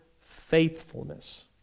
faithfulness